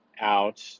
out